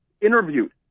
interviewed